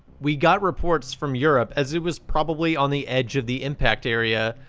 we got reports from europe as it was probably on the edge of the impact area,